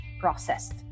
processed